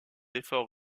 efforts